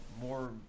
more